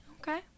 okay